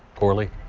corley.